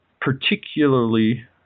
particularly